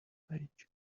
page